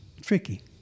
tricky